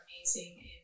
amazing